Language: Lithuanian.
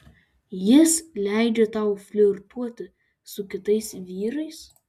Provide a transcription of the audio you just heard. jis leidžia tau flirtuoti su kitais vyrais